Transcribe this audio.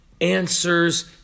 answers